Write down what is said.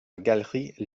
galerie